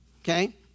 Okay